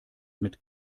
mit